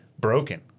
broken